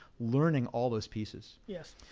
learning all those pieces. yeah